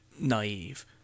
naive